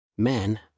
Men